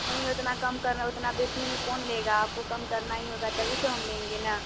नहीं उतना कम करना उतना बेची में कौन लेगा आपको कम करना ही होगा तभी तो हम लेंगे ना